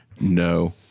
No